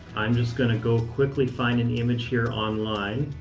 i'm just going to go quickly, find an image here online.